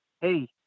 hey